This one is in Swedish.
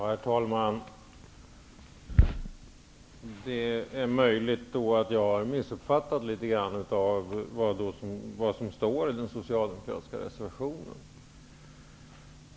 Herr talman! Det är möjligt att jag har missuppfattat vad som står i den socialdemokratiska reservationen.